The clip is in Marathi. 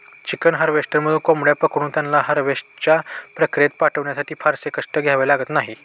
चिकन हार्वेस्टरमधून कोंबड्या पकडून त्यांना हार्वेस्टच्या प्रक्रियेत पाठवण्यासाठी फारसे कष्ट घ्यावे लागत नाहीत